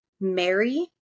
Mary